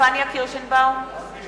פניה קירשנבאום, אינה